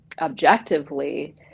objectively